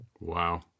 Wow